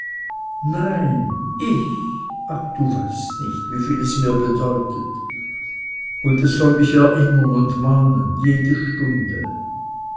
nein ich ach du weißt nicht wie viel es mir bedeutet und es soll mich erinnern und mahnen jede stunde